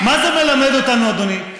מה זה מלמד אותנו, אדוני?